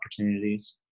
opportunities